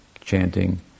chanting